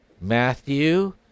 Matthew